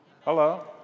Hello